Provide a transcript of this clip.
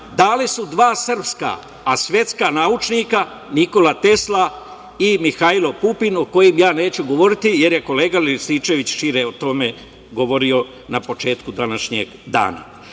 dale su dva srpska, a svetska naučnika, Nikola Tesla i Mihajlo Pupin, o kojima ja neću govoriti jer je kolega Rističević šire o tome govorio na početku današnjeg